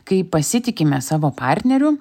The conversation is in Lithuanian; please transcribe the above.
kai pasitikime savo partneriu